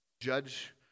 Judge